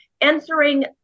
answering